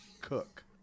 cook